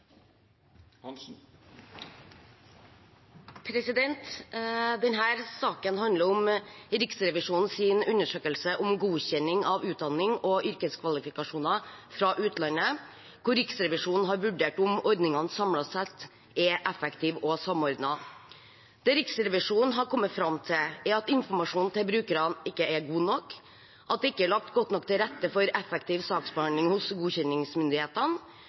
om Riksrevisjonens undersøkelse om godkjenning av utdanning og yrkeskvalifikasjoner fra utlandet, hvor Riksrevisjonen har vurdert om ordningene samlet sett er effektive og samordnet. Det Riksrevisjonen har kommet fram til, er: Informasjonen til brukerne er ikke god nok. Det er ikke lagt godt nok til rette for effektiv saksbehandling hos godkjenningsmyndighetene.